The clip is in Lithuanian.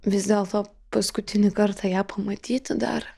vis dėlto paskutinį kartą ją pamatyti dar